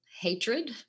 Hatred